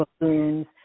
balloons